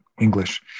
English